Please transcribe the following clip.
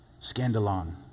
Scandalon